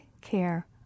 care